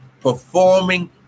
performing